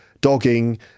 Dogging